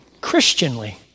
Christianly